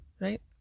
right